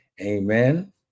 amen